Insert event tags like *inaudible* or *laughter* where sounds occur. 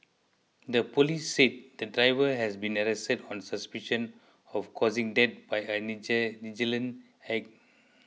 the police said the driver has been arrested on suspicion of causing death by a *unintelligible* negligent act